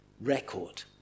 record